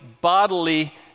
bodily